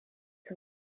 her